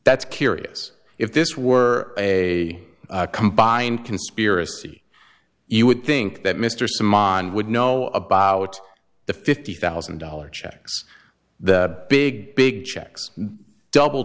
that's curious if this were a combined conspiracy you would think that mr simn would know about the fifty thousand dollars checks the big big checks double